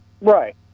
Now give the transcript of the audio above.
Right